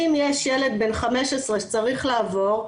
אם יש ילד בן 15 שצריך לעבור,